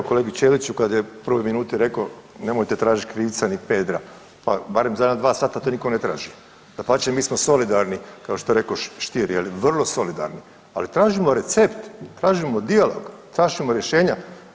Ja sam se javio kolegi Ćeliću kada je u prvoj minuti rekao nemojte tražiti krivca ni Pedra, pa barem za jedno dva sata to nitko ne traži, dapače mi smo solidarni kao što je rekao Stier, vrlo solidarni, ali tražimo recept, tražimo djelo, tražimo rješenja.